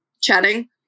chatting